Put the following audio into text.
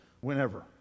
whenever